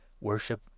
Worship